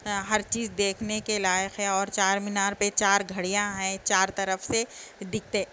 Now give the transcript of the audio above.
ہر چیز دیکھنے کے لائق ہے اور چار مینار پہ چار گھڑیاں ہیں چار طرف سے دکھتے